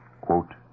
Quote